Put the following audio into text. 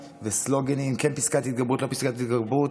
וסלוגני עם כן פסקת התגברות ולא פסקת התגברות,